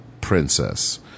princess